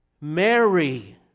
Mary